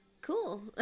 cool